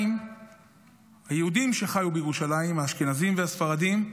היהודים שחיו בירושלים, האשכנזים והספרדים,